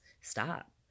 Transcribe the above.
stop